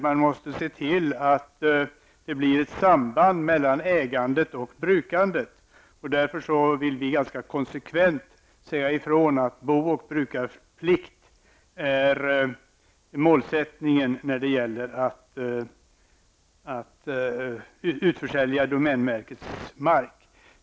Man måste se till att det blir ett samband mellan ägandet och brukandet. Därför vill vi konsekvent säga ifrån att bo och brukarplikt är målsättningen när det gäller att utförsälja domänverkets mark.